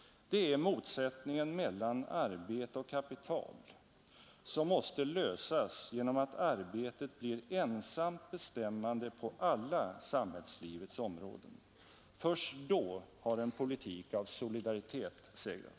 Det är motsättningen mellan arbete och kapital som måste lösas genom att arbetet blir ensamt bestämmande på alla samhällslivets områden. Först då har en politik av solidaritet segrat.